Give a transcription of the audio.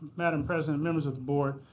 madam president, members of the board,